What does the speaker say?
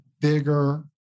bigger